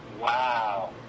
Wow